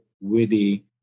witty